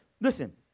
Listen